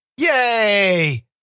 Yay